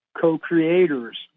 co-creators